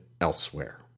elsewhere